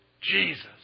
Jesus